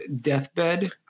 Deathbed